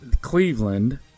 Cleveland